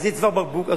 אז יהיה צוואר בקבוק.